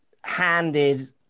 handed